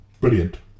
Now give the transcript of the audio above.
Brilliant